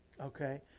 Okay